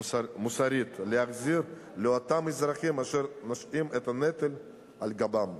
מוסרית להחזיר לאותם אזרחים אשר נושאים את הנטל על גבם.